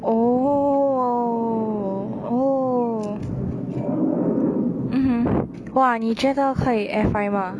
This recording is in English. oh oh mmhmm !wah! 你觉得可以 air fry mah